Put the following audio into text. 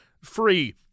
Free